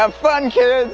um fun kids